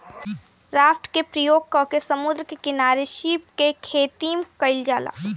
raft के प्रयोग क के समुंद्र के किनारे सीप के खेतीम कईल जाला